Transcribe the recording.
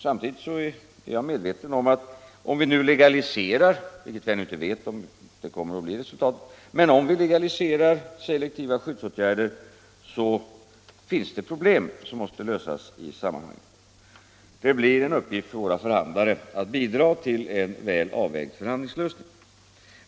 Samtidigt är jag medveten om att det, om vi nu legaliserar selektiva skyddsåtgärder — vilket jag ännu inte vet —, finns problem som måste lösas i sammanhanget. Det blir en uppgift för våra förhandlare att bidra till en väl avvägd förhandlingslösning.